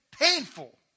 painful